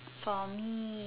for me